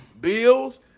Bills